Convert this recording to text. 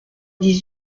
dix